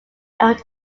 went